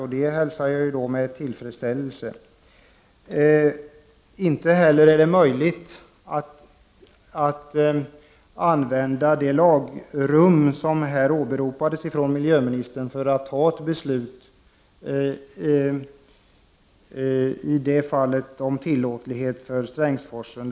Detta hälsar jag med tillfredsställelse. Ja, inte heller är det möjligt att använda det lagrum som här åberopades av miljöministern att ta ett beslut om tillåtlighet för Strängsforsen.